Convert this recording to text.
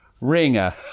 ringer